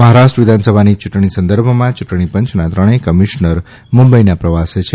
મહારાષ્ટ્ર વિધાનસભાની ચૂંટણી સંદર્ભમાં યૂંટણીપંચના ત્રણેય કમિશ્નર મુંબઇના પ્રવાસે છે